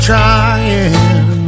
trying